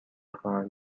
خواهم